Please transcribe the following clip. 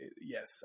yes